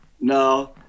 No